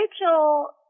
Rachel